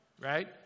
right